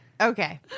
Okay